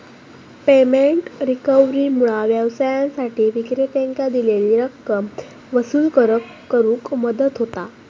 payment रिकव्हरीमुळा व्यवसायांसाठी विक्रेत्यांकां दिलेली रक्कम वसूल करुक मदत होता